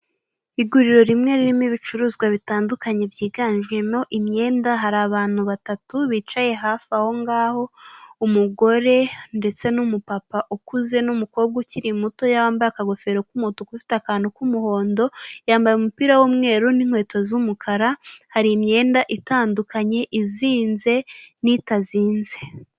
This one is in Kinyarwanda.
Iguriro rimwe ririmo ibicuruzwa bitandukanye byiganjemo imyenda, hari abantu batatu bicaye hafi aho ngaho, umugore ndetse n'umupapa ukuze n'umukobwa ukiri mutoya wambaye akagofero k'umutuku ufite akantu k'umuhondo, yambaye umupira w'umweru n'inkweto z'umukara, hari imyenda itandukanye, izinze n'itazinze.